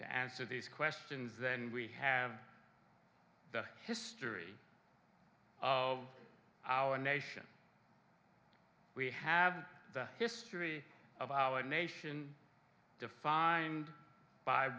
to answer these questions then we have the history of our nation we have the history of our nation defined